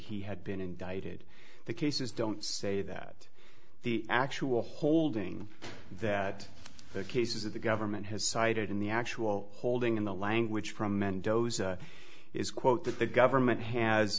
he had been indicted the cases don't say that the actual holding that the cases that the government has cited in the actual holding in the language from mendoza is quote that the government has